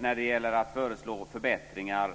När det gäller att föreslå förbättringar